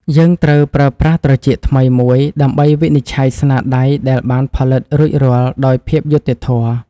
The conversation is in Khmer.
យើងត្រូវប្រើប្រាស់ត្រចៀកថ្មីមួយដើម្បីវិនិច្ឆ័យស្នាដៃដែលបានផលិតរួចរាល់ដោយភាពយុត្តិធម៌។